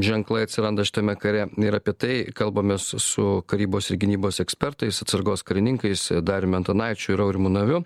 ženklai atsiranda šitame kare ir apie tai kalbamės su karybos ir gynybos ekspertais atsargos karininkais dariumi antanaičiu ir aurimu naviu